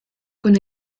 con